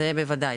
זה בוודאי.